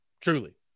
Truly